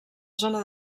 zona